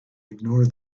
ignore